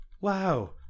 Wow